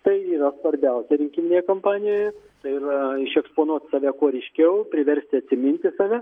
tai yra svarbiausia rinkiminėje kampanijoje tai yra išeksponuot save kuo ryškiau priversti atsiminti save